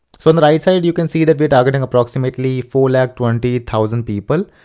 so on the right side you can see that we're targeting approximately four lakh twenty thousand people.